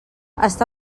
està